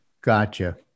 Gotcha